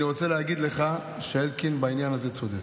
אני רוצה להגיד לך שאלקין בעניין הזה צודק.